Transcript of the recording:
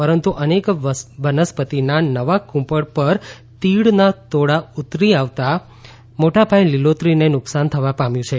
પરંતુ અનેક વનસ્પતિના નવા કુંપળ પર તીડના ટોળાં ઉતરી આવતા મોટાપાયે લીલોતરીને નુકસાન થવા પામ્યું છે